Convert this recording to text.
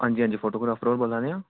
हांजी हांजी फोटोग्राफर बोल्ला दे आं